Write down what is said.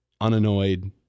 Unannoyed